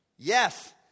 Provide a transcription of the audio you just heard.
Yes